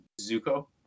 Zuko